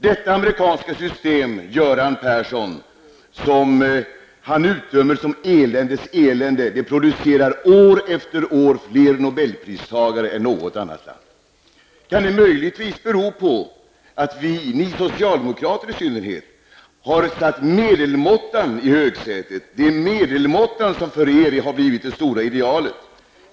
Det amerikanska system som Göran Persson utdömer som eländets elände producerar år efter år fler nobelpristagare än något annat land. Kan det möjligtvis bero på att vi, i synnerhet ni socialdemokrater, har satt medelmåttan i högsätet? Det är medelmåttan som för er har blivit det stora idealet.